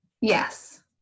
yes